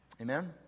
Amen